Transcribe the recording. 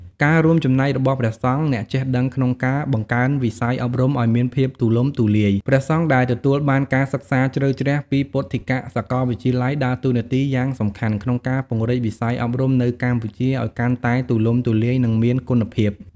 ការរួមចំណែករបស់ព្រះសង្ឃអ្នកចេះដឹងក្នុងការបង្កើនវិស័យអប់រំឲ្យមានភាពទូលំទូលាយ ព្រះសង្ឃដែលទទួលបានការសិក្សាជ្រៅជ្រះពីពុទ្ធិកសាកលវិទ្យាល័យដើរតួនាទីយ៉ាងសំខាន់ក្នុងការពង្រីកវិស័យអប់រំនៅកម្ពុជាឱ្យកាន់តែទូលំទូលាយ និងមានគុណភាព។